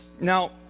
Now